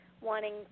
wanting